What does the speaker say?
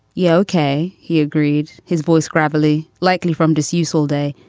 you okay? he agreed. his voice gravelly, likely from disuse all day,